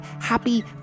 happy